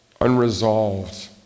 unresolved